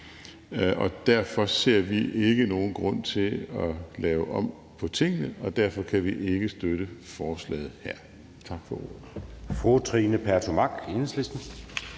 og derfor ser vi ikke nogen grund til at lave om på tingene, og derfor kan vi ikke støtte forslaget her.